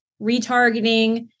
retargeting